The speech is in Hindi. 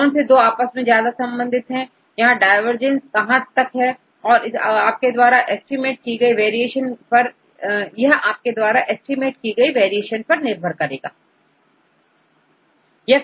कौन से दो आपस में ज्यादा संबंधित है यह डायवर्जेंस कहां तक है यह आपके द्वारा एस्टीमेट की गई वेरिएशन पर निर्भर करता है